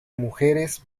mujeres